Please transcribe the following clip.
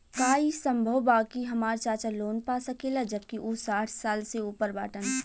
का ई संभव बा कि हमार चाचा लोन पा सकेला जबकि उ साठ साल से ऊपर बाटन?